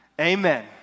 Amen